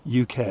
UK